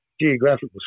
geographical